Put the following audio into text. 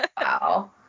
Wow